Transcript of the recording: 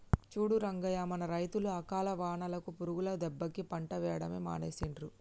చూడు రంగయ్య మన రైతులు అకాల వానలకు పురుగుల దెబ్బకి పంట వేయడమే మానేసిండ్రు